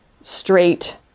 straight